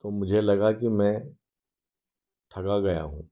तो मुझे लगा की मैं ठगा गया हूँ